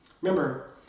Remember